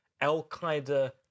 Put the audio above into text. Al-Qaeda